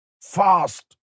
fast